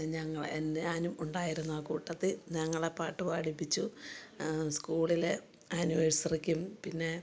ഞങ്ങളെ എന്നെ ഞാനും ഉണ്ടായിരുന്നു ആ കൂട്ടത്തില് ഞങ്ങളെ പാട്ട് പാടിപ്പിച്ചു സ്കൂളില് ആനിവേഴ്സറിക്കും പിന്നെ